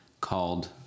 called